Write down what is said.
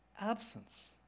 absence